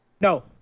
No